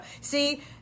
See